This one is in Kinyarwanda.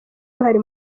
ruhari